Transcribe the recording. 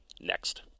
next